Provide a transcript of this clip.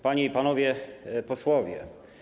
Panie i Panowie Posłowie!